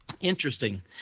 Interesting